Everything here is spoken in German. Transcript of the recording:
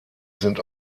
sind